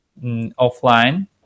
offline